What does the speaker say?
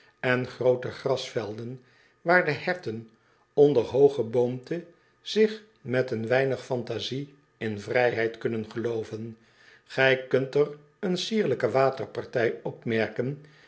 en groote grasvelden waar de herten onder hoog geboomte zich met een weinig fantasie in vrijheid kunnen gelooven ij kunt er een sierlijke waterpartij opmerken